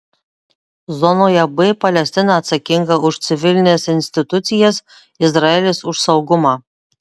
zonoje b palestina atsakinga už civilines institucijas izraelis už saugumą